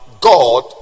God